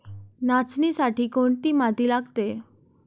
नाचणीसाठी कोणती माती लागते?